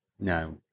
No